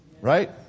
right